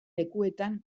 lekuetan